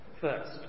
First